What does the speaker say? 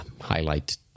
highlight